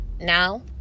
Now